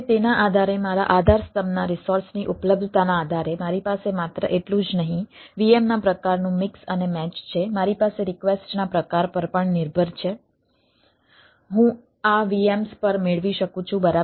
હવે તેના આધારે મારા આધાર સ્તંભના રિસોર્સની ઉપલબ્ધતાના આધારે મારી પાસે માત્ર એટલું જ નહીં VM ના પ્રકારનું મિક્સ ના પ્રકાર પર પણ નિર્ભર છે હું આ VMs પર મેળવી શકું છું બરાબર